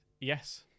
Yes